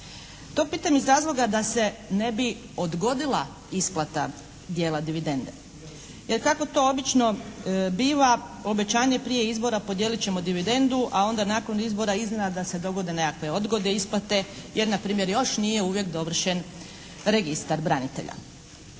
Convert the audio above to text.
To pitam iz razloga da se ne bi odgodila isplata dijela dividende. Jer kako to obično biva obećanje prije izbora podijelit ćemo dividendu, a onda nakon izbora iznenada se dogode nekakve odgode isplate jer na primjer još nije uvijek dovršen registar branitelja.